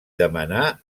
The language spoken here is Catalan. demanar